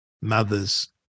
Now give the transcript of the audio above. mothers